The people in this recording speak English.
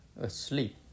asleep